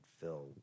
fill